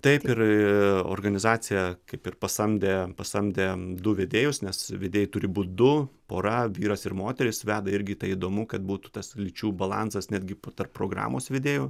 taip ir organizaciją kaip ir pasamdė pasamdė du vedėjus nes vedėjai turi būt du pora vyras ir moteris veda irgi tai įdomu kad būtų tas lyčių balansas netgi po tarp programos vedėjų